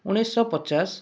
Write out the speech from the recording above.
ଉଣେଇଶିଶହ ପଚାଶ